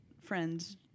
friends